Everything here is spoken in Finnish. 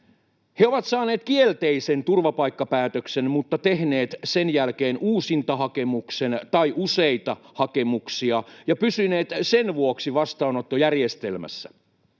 He ovat saaneet kielteisen turvapaikkapäätöksen, mutta tehneet sen jälkeen uusintahakemuksen tai useita hakemuksia ja pysyneet sen vuoksi vastaanottojärjestelmässä.